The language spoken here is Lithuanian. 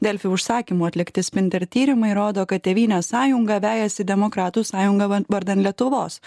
delfi užsakymu atlikti spinter tyrimai rodo kad tėvynės sąjunga vejasi demokratų sąjungą van vardan lietuvos